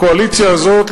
הקואליציה הזאת,